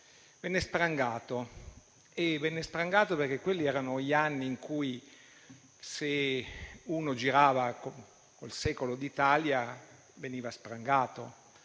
che era chiuso. Venne sprangato, perché quelli erano gli anni in cui, se uno girava con il «Secolo d'Italia», veniva sprangato.